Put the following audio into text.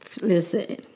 Listen